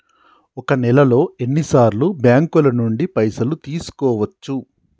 ఒక నెలలో ఎన్ని సార్లు బ్యాంకుల నుండి పైసలు తీసుకోవచ్చు?